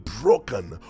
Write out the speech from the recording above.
broken